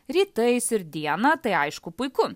rytais ir dieną tai aišku puiku